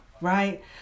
right